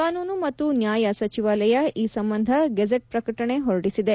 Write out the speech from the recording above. ಕಾನೂನು ಮತ್ತು ನ್ಯಾಯ ಸಚಿವಾಲಯ ಈ ಸಂಬಂಧ ಗೆಜೆಟ್ ಪ್ರಕಟಣೆ ಹೊರಡಿಸಿದೆ